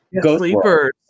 Sleepers